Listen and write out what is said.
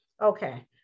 Okay